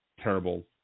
terrible